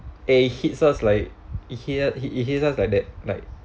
it hits us like he he he hit us like that like